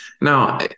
Now